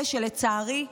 לצערי,